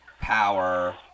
power